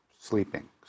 sleeping